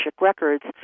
Records